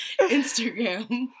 Instagram